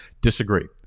Disagree